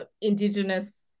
Indigenous